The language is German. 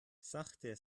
sachte